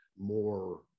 more